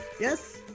Yes